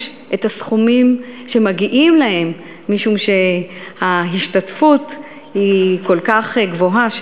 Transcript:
את הסכומים שמגיעים להם משום שההשתתפות היא כל כך גבוהה,